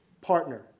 partner